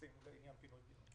זאת התוצאה של הדבר הזה.